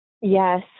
Yes